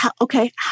Okay